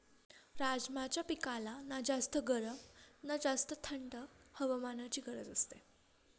राजमाच्या पिकाला ना जास्त गरम ना जास्त थंड हवामानाची गरज असते